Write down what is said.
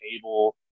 table